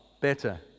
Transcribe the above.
better